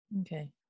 Okay